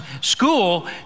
school